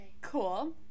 Cool